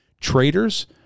traitors